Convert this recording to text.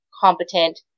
competent